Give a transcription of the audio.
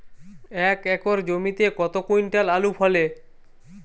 এক একর জমিতে কত কুইন্টাল আলু ফলে?